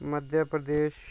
Madhya Pradesh